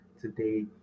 today